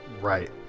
Right